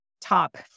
top